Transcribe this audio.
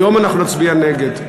היום אנחנו נצביע נגד.